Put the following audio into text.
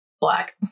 Black